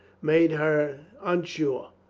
made her unsure.